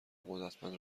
قدرتمند